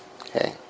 Okay